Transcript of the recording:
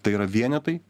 tai yra vienetai